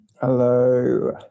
Hello